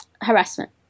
harassment